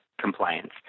compliance